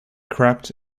crept